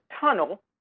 tunnel